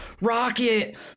Rocket